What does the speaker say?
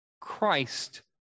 Christ